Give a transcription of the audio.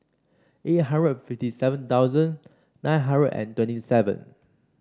eight hundred fifty seven thousand nine hundred and twenty seven